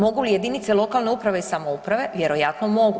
Mogu li jedinice lokalne uprave i samouprave, vjerojatno mogu.